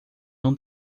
não